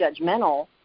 judgmental